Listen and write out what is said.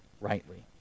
rightly